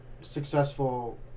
successful